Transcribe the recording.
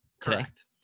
Correct